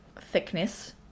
thickness